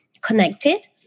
connected